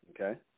Okay